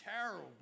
terrible